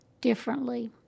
differently